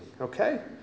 Okay